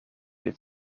het